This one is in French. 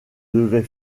devait